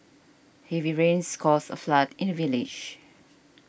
heavy rains caused a flood in village